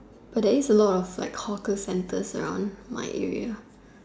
but there's a lot of like hawker centers around my area